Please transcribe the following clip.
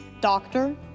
Doctor